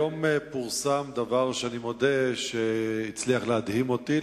היום פורסם דבר שאני מודה שהצליח להדהים אותי,